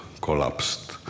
collapsed